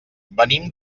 venim